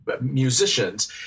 musicians